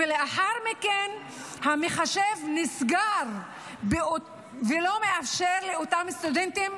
ולאחר מכן המחשב נסגר ולא מאפשר לאותם סטודנטים,